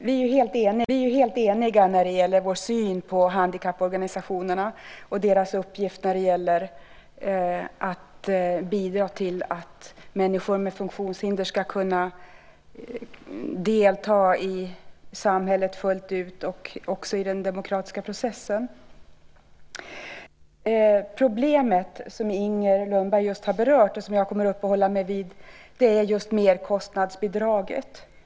Fru talman! Vi här helt eniga i vår syn på handikapporganisationerna och deras uppgift när det gäller att bidra till att människor med funktionshinder ska kunna delta i samhället fullt ut och även i den demokratiska processen. Det problem som Inger Lundberg just har berört och som jag kommer att uppehålla mig vid är just merkostnadsbidraget.